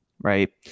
Right